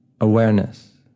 Awareness